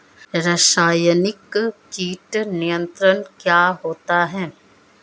रसायनिक कीट नियंत्रण क्या होता है?